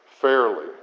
fairly